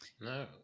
No